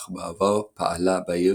אך בעבר פעלה בעיר